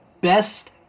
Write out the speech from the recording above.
best